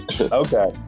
Okay